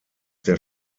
der